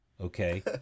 Okay